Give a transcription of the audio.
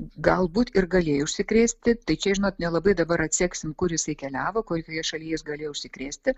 galbūt ir galėjo užsikrėsti tai čia žinot nelabai dabar atseksim kur jisai keliavo kurioje šalyje jis galėjo užsikrėsti